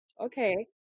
Okay